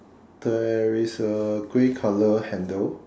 there is a grey colour handle